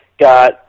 got